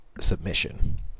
submission